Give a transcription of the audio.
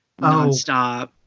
nonstop